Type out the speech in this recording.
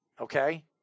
Okay